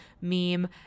meme